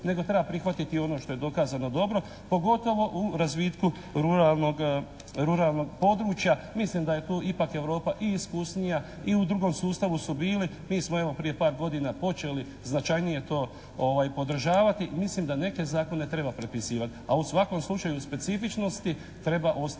nego treba prihvatiti ono što je dokazano dobro, pogotovo u razvitku ruralnog područja. Mislim da je tu ipak Europa i iskusnija i u drugom sustavu su bili. Mi smo evo prije par godina počeli značajnije to podržavati, mislim da neke zakone treba prepisivati, a u svakom slučaju specifičnosti treba ostaviti,